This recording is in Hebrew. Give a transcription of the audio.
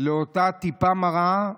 לאותה טיפה מרה,